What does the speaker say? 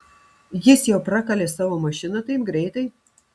jis jau prakalė savo mašiną taip greitai